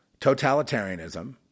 totalitarianism